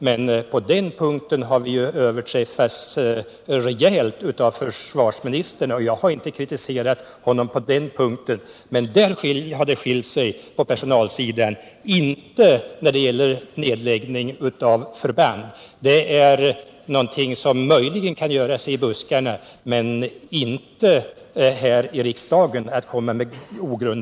Men på den punkten har vi överträffats rejält av försvarsministern, och jag har inte kritiserat honom där. Men där har det skilt sig på personalsidan, inte när det gäller nedläggning av förband.